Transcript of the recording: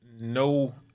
no